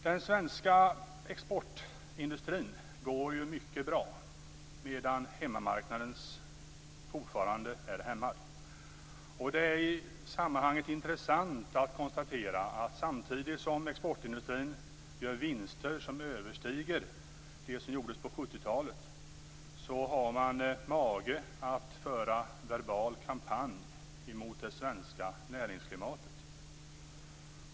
Den svenska exportindustrin går mycket bra, medan hemmamarknaden fortfarande är hämmad. Det är i sammanhanget intressant att konstatera att samtidigt som exportindustrin gör vinster som överstiger dem som gjordes på 70-talet har man mage att föra en verbal kampanj mot det svenska näringsklimatet.